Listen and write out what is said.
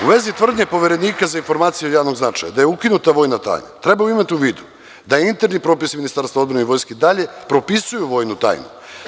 U vezi tvrdnje Poverenika za informacije od javnog značaja da je ukinuta vojna tajna, treba imati u vidu da je interni propis Ministarstva odbrane i Vojske i dalje propisuju vojnu tajnu.